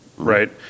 right